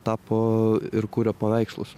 tapo ir kuria paveikslus